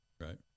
Right